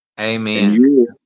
Amen